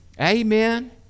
Amen